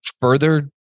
further